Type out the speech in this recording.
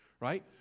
Right